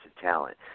talent